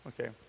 Okay